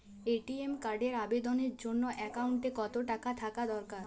ATM কার্ডের আবেদনের জন্য অ্যাকাউন্টে কতো টাকা থাকা দরকার?